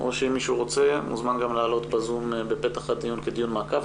או שמי שרוצה מוזמן לעלות ב-זום בפתח הדיון כדיון מעקב.